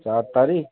चार तारिख